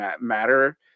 matter